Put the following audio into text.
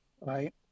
Right